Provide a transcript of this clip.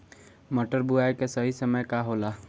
मटर बुआई के सही समय का होला?